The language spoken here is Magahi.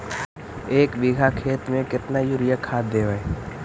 एक बिघा खेत में केतना युरिया खाद देवै?